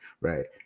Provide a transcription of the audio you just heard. right